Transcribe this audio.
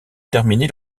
terminer